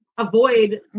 avoid